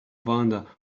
vonda